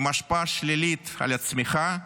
עם השפעה שלילית על הצמיחה.